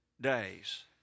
days